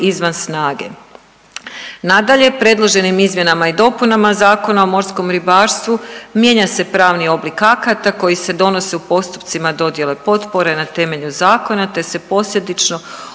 izvan snage. Nadalje, predloženim izmjenama i dopunama Zakona o morskom ribarstvu mijenja se pravni oblik akata koji se donose u postupcima dodjele potpore na temelju zakona te se posljedično